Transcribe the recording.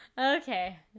Okay